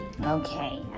Okay